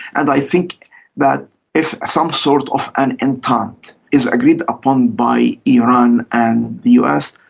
and i think that if some sort of an an detente is agreed upon by iran and the us,